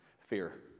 fear